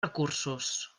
recursos